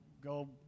go